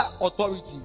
authority